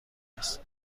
نیست